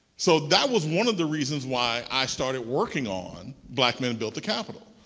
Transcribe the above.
so that was one of the reasons why i started working on black men built the capital.